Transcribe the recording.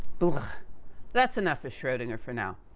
but that's enough for schrodinger, for now.